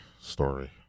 story